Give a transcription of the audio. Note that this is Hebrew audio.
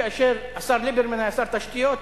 כאשר השר ליברמן היה שר תשתיות,